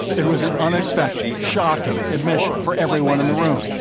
it was an unexpected, shocking admission for everyone in the room,